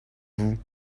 vous